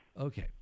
Okay